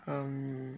um